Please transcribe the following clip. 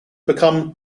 become